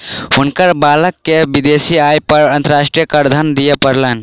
हुनकर बालक के विदेशी आय पर अंतर्राष्ट्रीय करधन दिअ पड़लैन